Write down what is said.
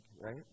Right